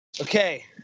Okay